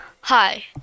Hi